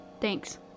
Thanks